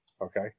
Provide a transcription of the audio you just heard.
Okay